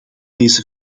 deze